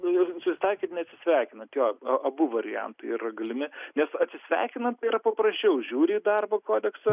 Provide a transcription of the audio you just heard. susitaikyt neatsisveikinant jo abu variantai yra galimi nes atsisveikinant tai yra paprasčiau žiūri į darbo kodekso